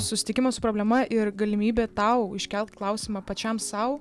susitikimas su problema ir galimybė tau iškelt klausimą pačiam sau